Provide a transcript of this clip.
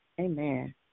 amen